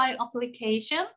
application